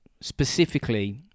specifically